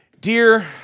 Dear